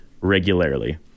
regularly